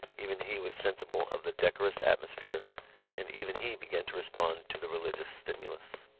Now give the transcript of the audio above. even he was sensible of the decorous atmosphere and even he began to respond to the religious stimulus.